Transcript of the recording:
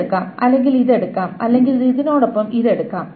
ഇത് എടുക്കാം അല്ലെങ്കിൽ ഇത് എടുക്കാം അല്ലെങ്കിൽ ഇതിനൊപ്പം ഇത് എടുക്കാം